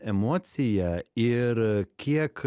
emocija ir kiek